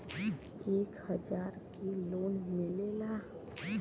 एक हजार के लोन मिलेला?